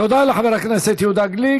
תודה לחבר הכנסת יהודה גליק.